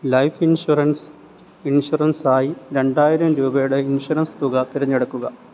life insurance ഇൻഷുറൻസായി രണ്ടായിരം രൂപയുടെ ഇൻഷുറൻസ് തുക തിരഞ്ഞെടുക്കുക